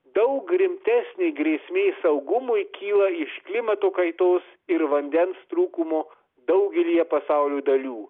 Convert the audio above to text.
daug rimtesnė grėsmė saugumui kyla iš klimato kaitos ir vandens trūkumo daugelyje pasaulio dalių